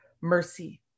mercy